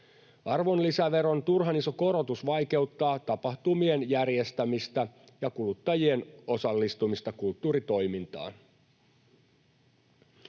Arvonlisäveron turhan iso korotus vaikeuttaa tapahtumien järjestämistä ja kuluttajien osallistumista kulttuuritoimintaan.